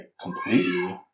completely